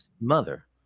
mother